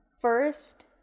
First